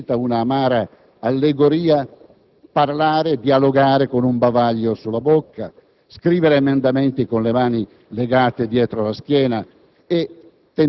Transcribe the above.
- mi sia consentita un'amara allegoria - a parlare e a dialogare con un bavaglio sulla bocca, a scrivere emendamenti con le mani legate dietro la schiena